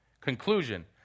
Conclusion